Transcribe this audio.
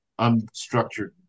unstructured